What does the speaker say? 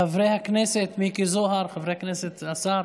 חברי הכנסת, מיקי זוהר, השר.